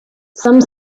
some